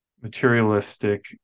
materialistic